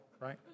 right